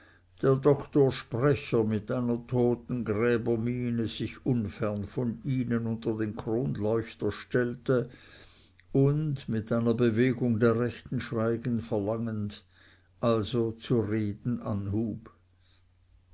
der doktor sprecher mit einer totengräbermiene sich unfern von ihnen unter den kronleuchter stellte und mit einer bewegung der rechten schweigen verlangend also zu reden anhub